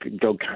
go